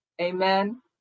Amen